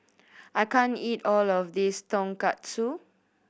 I can't eat all of this Tonkatsu